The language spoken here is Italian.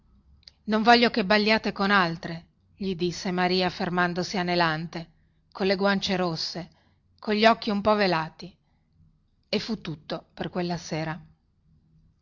non voglio che balliate con altre gli disse maria fermandosi anelante colle guance rosse cogli occhi un po velati e fu tutto per quella sera